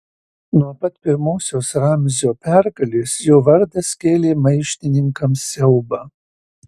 nuo pat pirmosios ramzio pergalės jo vardas kėlė maištininkams siaubą